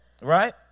Right